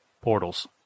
portals